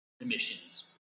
emissions